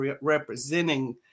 representing